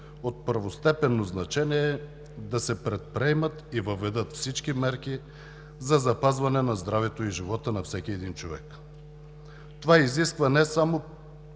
от първостепенно значение е да се предприемат и въведат всички мерки за запазване на здравето и живота на всеки един човек. Това изисква не само